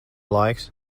laiks